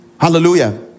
Hallelujah